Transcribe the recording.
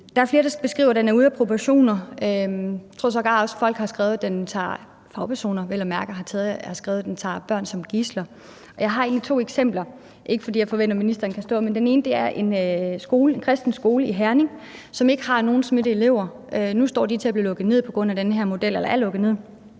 Der er flere, der skriver, at den er ude af proportioner. Jeg tror sågar også, at folk – vel at mærke fagpersoner – har skrevet, at den tager børn som gidsler. Jeg har egentlig to eksempler. Det er ikke, fordi jeg forventer, ministeren kan svare, men det ene er en kristen skole i Herning, som ikke har nogen smittede elever. Nu er de lukket ned på grund af den her model. Så er der Vollsmose.